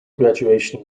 graduation